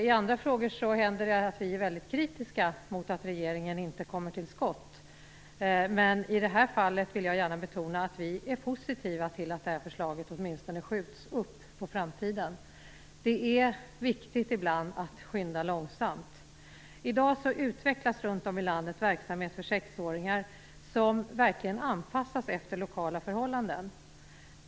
I andra frågor händer det att vi är väldigt kritiska till att regeringen inte kommer till skott, men i det här fallet vill jag gärna betona att vi är positiva till att det här förslaget åtminstone skjuts på framtiden. Ibland är det viktigt att skynda långsamt. För sexåringar utvecklas i dag runt om i landet verksamhet som verkligen anpassas efter lokala förhållanden.